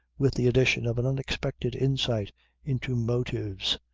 with the addition of an unexpected insight into motives,